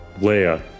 Leia